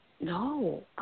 no